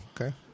okay